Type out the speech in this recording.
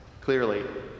clearly